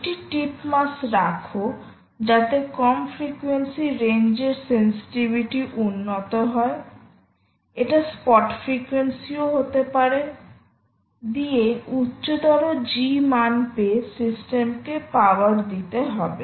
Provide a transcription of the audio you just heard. একটি টিপ মাসরাখ যাতে কম ফ্রিকোয়েন্সি রেঞ্জ এর সেন্সিটিভিটি উন্নত হয় এটা স্পট ফ্রিকোয়েন্সি ও হতে পারে দিয়ে উচ্চতর জি মান পেয়ে সিস্টেমকে পাওয়ার দিতে হবে